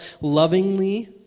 lovingly